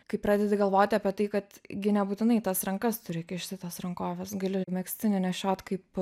kai pradedi galvoti apie tai kad gi nebūtinai tas rankas turi kišti į tas rankoves gali megztinį nešiot kaip